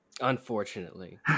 Unfortunately